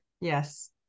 Yes